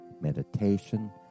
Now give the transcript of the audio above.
meditation